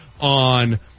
on